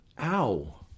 ow